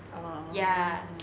a'ah orh